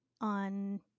on